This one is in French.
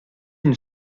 une